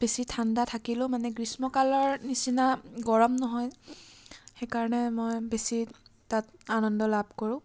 বেছি ঠাণ্ডা থাকিলেও মানে গ্ৰীষ্মকালৰ নিচিনা গৰম নহয় সেইকাৰণে মই বেছি তাত আনন্দ লাভ কৰোঁ